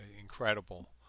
Incredible